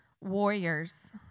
warriors